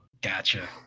gotcha